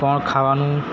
કોણ ખાવાનું